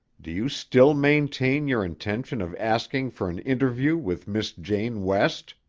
do you still maintain your intention of asking for an interview with miss jane west?